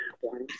one